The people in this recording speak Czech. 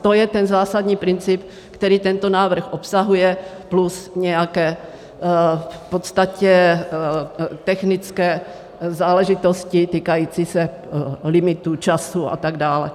To je ten zásadní princip, který tento návrh obsahuje, plus nějaké v podstatě technické záležitosti týkající se limitů, času a tak dále.